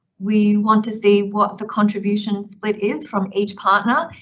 we want to see what the contribution split is from each partner.